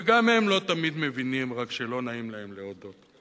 וגם הם לא תמיד מבינים, רק שלא נעים להם להודות.